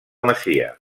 masia